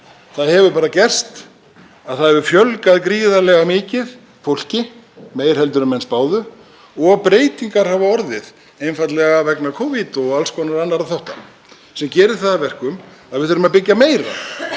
Það hefur bara gerst að fólki hefur fjölgað gríðarlega mikið, meira en menn spáðu, og breytingar hafa orðið einfaldlega vegna Covid og alls konar annarra þátta, sem gerir það að verkum að við þurfum að byggja meira.